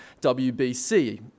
WBC